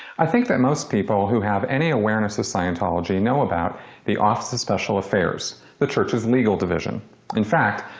i think that most people who have any awareness of scientology know about the office of special affairs the church's legal division in fact,